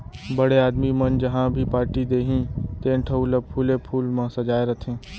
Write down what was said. बड़े आदमी मन जहॉं भी पारटी देहीं तेन ठउर ल फूले फूल म सजाय रथें